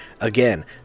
Again